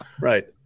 Right